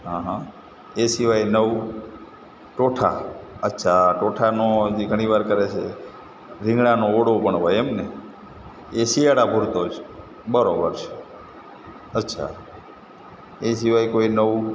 હં હં એ સિવાય નવું ટોઠા અચ્છા ટોઠાનું હજી ઘણીવાર કરે છે રીંગણનો ઓળો પણ હોય એમ ને એ શિયાળા પૂરતો જ બરાબર છે અચ્છા એ સિવાય કોઈ નવું